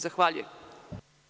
Zahvaljujem.